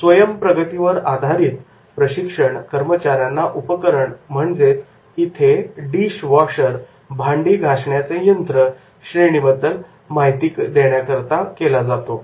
स्वयम् प्रगतीवर आधारित प्रशिक्षण कर्मचाऱ्यांना उपकरण म्हणजेच डिश वॉशर भांडी घासण्याचे यंत्र श्रेणीबद्दल माहिती देण्याकरता केला जातो